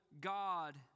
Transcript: God